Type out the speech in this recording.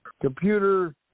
computer